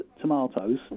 tomatoes